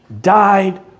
died